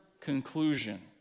conclusion